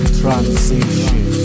transition